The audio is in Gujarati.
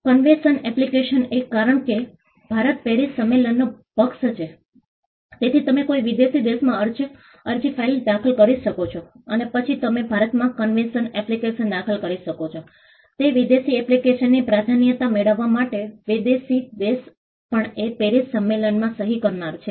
કન્વેશન એપ્લિકેશન એ કારણ કે ભારત પેરિસ સંમેલનનો પક્ષ છે તેથી તમે કોઈ વિદેશી દેશમાં અરજી દાખલ કરી શકો છો અને પછી તમે ભારતમાં કન્વેશન એપ્લિકેશન દાખલ કરી શકો છો તે વિદેશી એપ્લિકેશનથી પ્રાધાન્યતા મેળવવા માટે વિદેશી દેશ પણ એ પેરિસ સંમેલનમાં સહી કરનાર છે